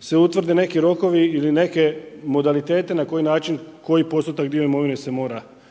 se utvrde neki rokovi ili neke modalitete na koji način koji postotak i dio imovine se mora donijeti